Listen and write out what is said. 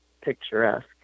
picturesque